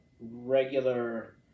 regular